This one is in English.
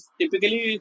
typically